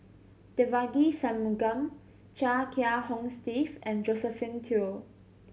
Devagi Sanmugam Chia Kiah Hong Steve and Josephine Teo